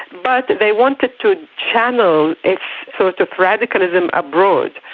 but they wanted to channel its sort of radicalism abroad.